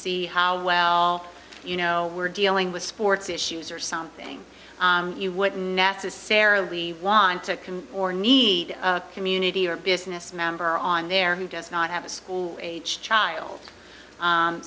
see how well you know we're dealing with sports issues or something you wouldn't necessarily want to can or need community or business member on there who does not have a school age child